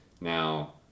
Now